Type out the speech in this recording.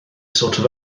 sortio